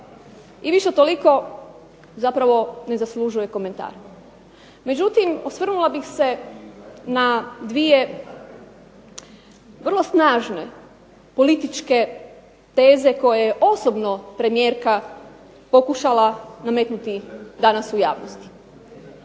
I više toliko zapravo ne zaslužuje komentar. Međutim, osvrnula bih se na dvije vrlo snažne političke teze koje je osobno premijerka pokušala nametnuti danas u javnosti.